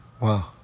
Wow